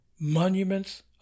Monuments